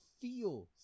feel